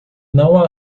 não